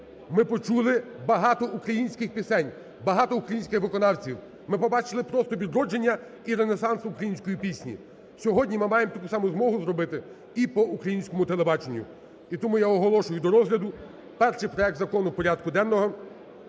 ми почули багато українських пісень, багато українських виконавців, ми побачили просто відродження і ренесанс української пісні. Сьогодні ми маємо таку само змогу зробити і по українському телебаченню. І тому я оголошую до розгляду перший проект Закону порядку денного